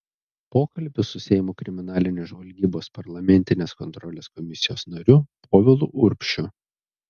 pokalbis su seimo kriminalinės žvalgybos parlamentinės kontrolės komisijos nariu povilu urbšiu